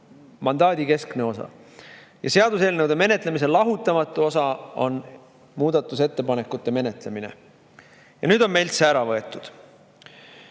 mandaadi keskne osa. Seaduseelnõude menetlemise lahutamatu osa on muudatusettepanekute menetlemine. Nüüd on see meilt ära võetud.